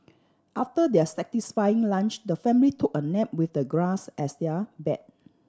after their satisfying lunch the family took a nap with the grass as their bed